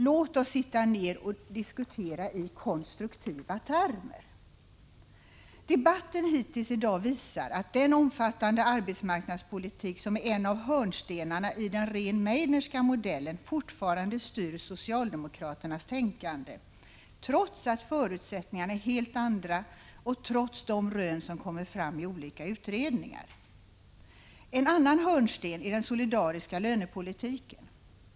Låt oss sitta ned och diskutera i konstruktiva termer! Debatten hittills i dag visar att den omfattande arbetsmarknadspolitik som är en av hörnstenarna i den Rehn-Meidnerska modellen fortfarande styr socialdemokraternas tänkande, trots att förutsättningarna är helt andra och trots de rön som gjorts i olika utredningar. En annan hörnsten är den solidariska lönepolitiken, även om den under 101 Prot.